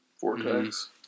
Vortex